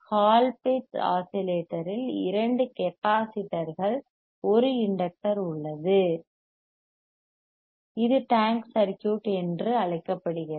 Colpitts ஆஸிலேட்டரில் இரண்டு கெப்பாசிட்டர்கள் உள்ளன ஒரு இண்டக்டர் உள்ளது இது டேங்க் சர்க்யூட் என்று அழைக்கப்படுகிறது